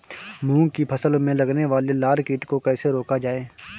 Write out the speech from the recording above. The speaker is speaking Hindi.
मूंग की फसल में लगने वाले लार कीट को कैसे रोका जाए?